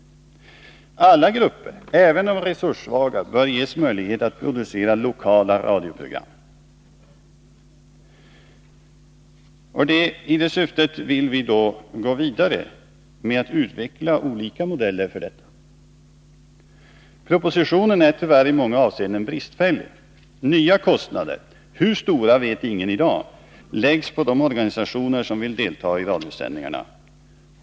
Alla grupper — även de resurssvaga — bör ges möjlighet att producera lokala radioprogram. I detta syfte vill vi gå vidare med att utveckla olika modeller härför. Propositionen är tyvärr i många avseenden bristfällig. Nya kostnader — hur stora vet ingen i dag — läggs på de organisationer som vill delta i radiosändningar.